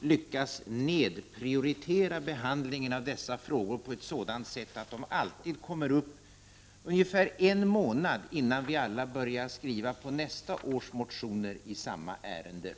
lyckas nedpriorietera behandlingen av dessa frågor på sådant sätt att de alltid kommer upp ungefär en månad innan vi alla börjar skriva på nästa års motioner i samma ärende.